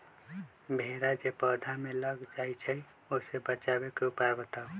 भेरा जे पौधा में लग जाइछई ओ से बचाबे के उपाय बताऊँ?